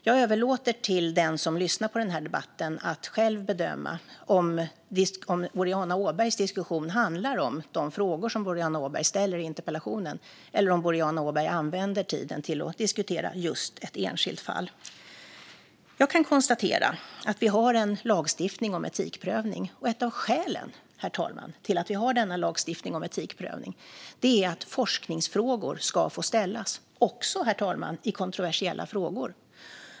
Jag överlåter till den som lyssnar på den här debatten att själv bedöma om Boriana Åbergs diskussion handlar om de frågor som Boriana Åberg ställer i interpellationen eller om Boriana Åberg använder tiden till att diskutera just ett enskilt fall. Jag kan konstatera att vi har en lagstiftning om etikprövning. Ett av skälen till att vi har denna lagstiftning om etikprövning, herr talman, är att forskningsfrågor ska få ställas - också, herr talman, i kontroversiella frågor.